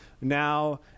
now